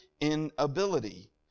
inability